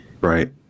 right